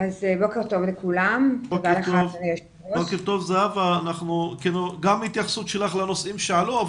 אני מבקש את ההתייחסות שלך גם לנושאים שעלו,